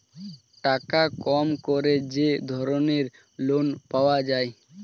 টাকা কম করে যে ধরনের লোন পাওয়া যায়